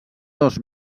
dos